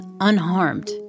unharmed